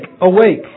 awake